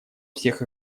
всех